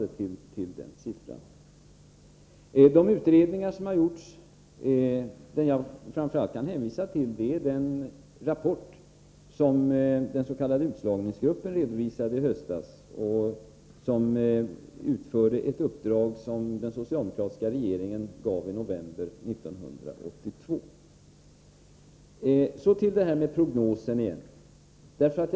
Inga Lantz hänvisade till utredningar som har gjorts. Den utredning jag framför allt kan hänvisa till är den rapport som redovisades i höstas av den s.k. utslagningsgruppen, som utförde ett uppdrag som den socialdemokratiska regeringen gav i november 1982. Låt mig sedan återkomma till den prognos vi diskuterat.